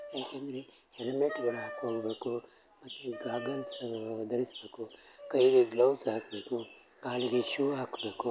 ಯಾಕಂದರೆ ಹೆಲ್ಮಟ್ಗಳು ಹಾಕೋಂಬೇಕು ಮತ್ತು ಗಾಗಲ್ಸ್ ಧರಿಸಬೇಕು ಕೈಗೆ ಗ್ಲೌಸ್ ಹಾಕಬೇಕು ಕಾಲಿಗೆ ಶೂ ಹಾಕಬೇಕು